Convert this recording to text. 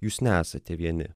jūs nesate vieni